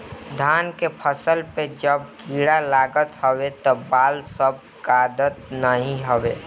धान के फसल पअ जब कीड़ा लागत हवे तअ बाल सब गदात नाइ हवे